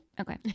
Okay